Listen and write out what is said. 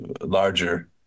larger